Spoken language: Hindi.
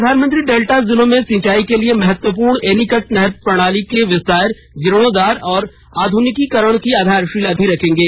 प्रधानमंत्री डेल्टा जिलों में सिंचाई के लिए महत्वपूर्ण एनीकट नहर प्रणाली के विस्तार जीर्णोद्वार और आधुनिकीकरण की आधारशिला रखेंगे